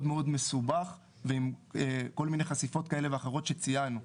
מאוד מסובך ועם כל מיני חשיפות כאלה ואחרות שציינו,